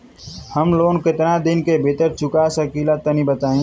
हम लोन केतना दिन के भीतर चुका सकिला तनि बताईं?